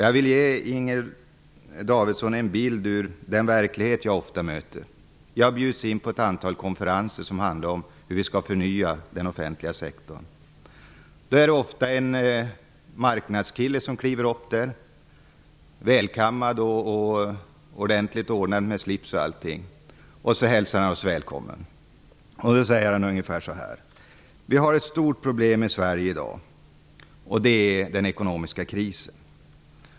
Jag vill ge Inger Davidson en bild från den verklighet jag ofta möter. Jag bjuds in på ett antal konferenser som handlar om hur vi skall förnya den offentliga sektorn. Det börjar ofta med att en ''marknadskille'' kliver upp i talarstolen och hälsar oss välkomna. Han är välkammad och ordentlig med slips. Han säger ungefär följande: Vi har ett stort problem i Sverige i dag -- den ekonomiska krisen.